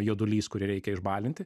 juodulys kurį reikia išbalinti